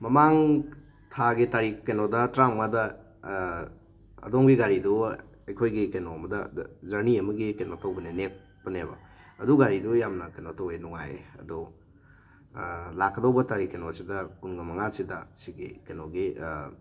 ꯃꯃꯥꯡ ꯊꯥꯒꯤ ꯇꯥꯔꯤꯛ ꯀꯩꯅꯣꯗ ꯇꯔꯥꯃꯉꯥꯗ ꯑꯗꯣꯝꯒꯤ ꯒꯥꯔꯤꯗꯨ ꯑꯩꯈꯣꯏꯒꯤ ꯀꯩꯅꯣꯝꯃꯗ ꯖꯔꯅꯤ ꯑꯃꯒꯤ ꯀꯩꯅꯣ ꯇꯧꯕꯅꯦ ꯅꯦꯛꯄꯅꯦꯕ ꯑꯗꯨ ꯒꯥꯔꯤꯗꯣ ꯌꯥꯝ ꯀꯩꯅꯣ ꯇꯧꯋꯦ ꯌꯥꯝ ꯅꯨꯡꯉꯥꯏ ꯑꯗꯣ ꯂꯥꯛꯀꯗꯧꯕ ꯇꯥꯔꯤꯛ ꯀꯩꯅꯣꯁꯤꯗ ꯀꯨꯟꯒ ꯃꯉꯥꯁꯤꯗ ꯁꯤꯒꯤ ꯀꯩꯅꯣꯒꯤ